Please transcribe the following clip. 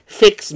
fix